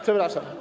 Przepraszam.